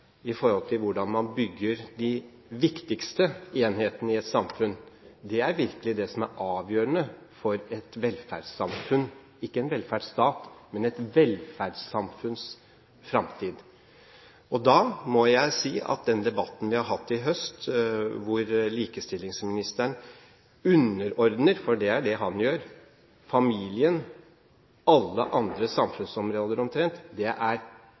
i forhold til hvordan man bygger de viktigste enhetene i et samfunn, er det som virkelig er avgjørende for et velferdssamfunn, ikke en velferdsstat – et velferdssamfunns framtid. Da må jeg si at den debatten vi har hatt i høst, hvor likestillingsministeren underordner familien – for det er det han gjør – omtrent alle andre samfunnsområder,